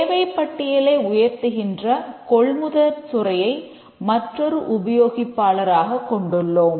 தேவைப்பட்டியலை உயர்த்துகின்ற கொள்முதல் துறையை மற்றொரு உபயோகிப்பாளராகக் கொண்டுள்ளோம்